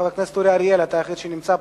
חבר הכנסת אורי אריאל, אתה היחיד שנמצא פה.